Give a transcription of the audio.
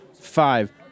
five